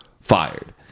fired